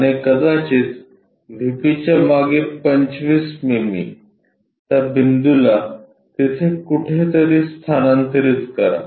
आणि कदाचित व्हीपीच्या मागे 25 मिमी त्या बिंदूला तिथे कुठेतरी स्थानांतरित करा